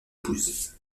épouse